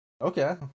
Okay